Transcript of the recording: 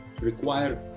require